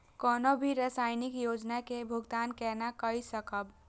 कोनो भी सामाजिक योजना के भुगतान केना कई सकब?